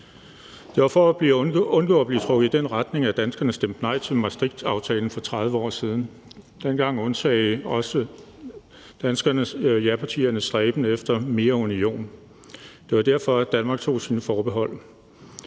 Det var for at undgå at blive trukket i den retning, danskerne stemte nej til Maastrichtaftalen for 30 år siden. Dengang undsagde danskerne japartiernes stræben efter mere union, og det var derfor, at Danmark tog sine forbehold.